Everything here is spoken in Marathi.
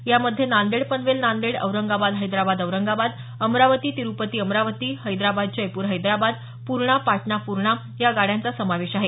यामध्ये नांदेड पनवेल नांदेड औरंगाबाद हैदराबाद औरंगाबाद अमरावती तिरुपती अमरावती हैदराबाद जयपूर हैदराबाद पूर्णा पाटणा पूर्णा या गाड्यांचा समावेश आहे